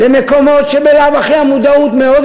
למקומות שהם בלאו הכי עם מודעות מאוד